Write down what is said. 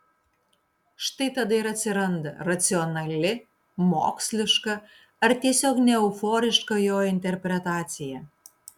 štai tada ir atsiranda racionali moksliška ar tiesiog neeuforiška jo interpretacija